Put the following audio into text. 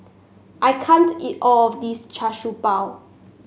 I can't eat all of this Char Siew Bao